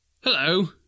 Hello